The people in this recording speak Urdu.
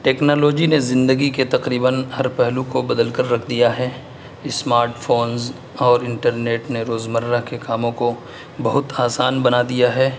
ٹیکنالوجی نے زندگی کے تقریباً ہر پہلو کو بدل کر رکھ دیا ہے اسمارٹ فونس اور انٹرنیٹ نے روزمرہ کے کاموں کو بہت آسان بنا دیا ہے